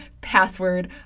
password